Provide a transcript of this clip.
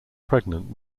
pregnant